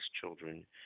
children